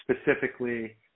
specifically